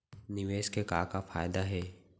निवेश के का का फयादा हे?